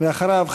ואחריו,